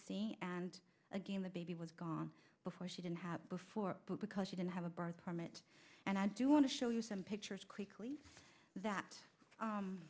see and again the baby was gone before she didn't have before because she didn't have a birth permit and i do want to show you some pictures quickly that